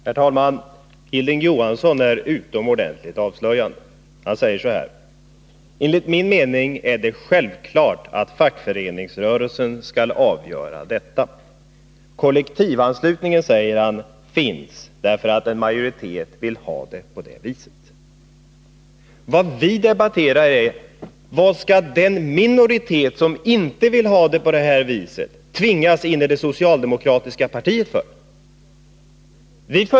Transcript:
Herr talman! Hilding Johansson är utomordentligt avslöjande. Han säger så här: ”Enligt min mening är det självklart att fackföreningsrörelsen skall avgöra detta. Kollektivanslutningen finns därför att en majoritet vill ha det på det viset.” Men vad vi debatterar är varför den minoritet som inte vill ha det på det här viset skall tvingas in i det socialdemokratiska partiet.